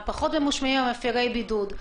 הפחות ממושמעים הם מפרי בידוד.